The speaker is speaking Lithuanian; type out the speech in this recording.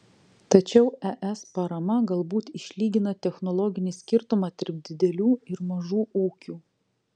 tačiau es parama galbūt išlygina technologinį skirtumą tarp didelių ir mažų ūkių